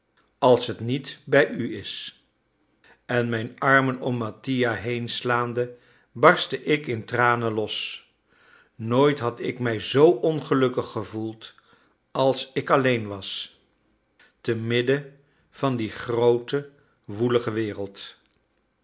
als het niet bij u is en mijn armen om mattia heenslaande barstte ik in tranen los nooit had ik mij zoo ongelukkig gevoeld als ik alleen was temidden van die groote woelige wereld